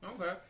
Okay